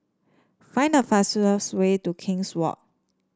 find the fastest way to King's Walk